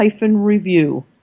review